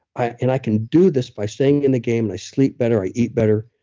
i and i can do this by staying in the game, and i sleep better, i eat better,